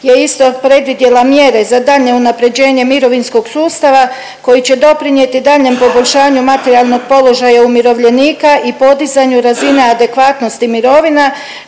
je isto predvidjela mjere za daljnje unapređenje mirovinskog sustava koji će doprinijeti daljnjem poboljšanju materijalnog položaja umirovljenika i podizanju razine adekvatnosti mirovina